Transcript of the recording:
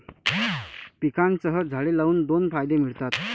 पिकांसह झाडे लावून दोन फायदे मिळतात